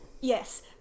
Yes